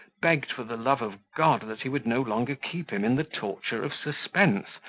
begged for the love of god that he would no longer keep him in the torture of suspense,